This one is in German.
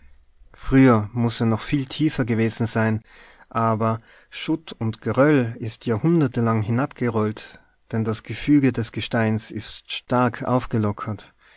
früher muß er noch viel tiefer gewesen sein aber schutt und geröll ist jahrhundertelang hinabgerollt denn das gefüge des gesteins ist stark aufgelockert